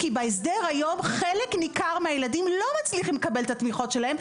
כי בהסדר היום חלק ניכר מהילדים לא מצליחים לקבל את התמיכות שלהם,